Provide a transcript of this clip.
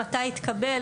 מתי התקבל,